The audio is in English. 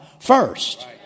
first